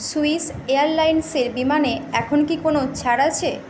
Swiss এয়ারলাইন্সের বিমানে এখন কি কোনও ছাড় আছে